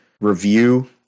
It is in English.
review